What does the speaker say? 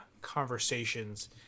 conversations